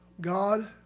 God